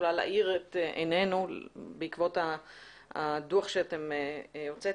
יכולה להאיר את עינינו בעקבות הדוח שאתם הוצאתם,